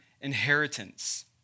inheritance